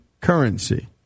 currency